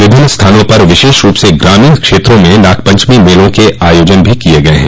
विभिन्न स्थानों पर विशेष रूप से ग्रामीण क्षेत्रों में नागपंचमी मेलों कें आयोजन भी किये गये हैं